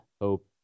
hope